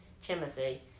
Timothy